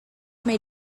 may